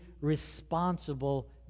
responsible